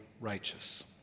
Righteous